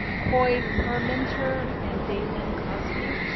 coy permenter and daylene cosby?